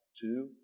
Two